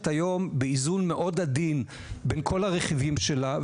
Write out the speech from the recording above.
היום באיזון מאוד עדין בין כל הרכיבים שלה,